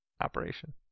operation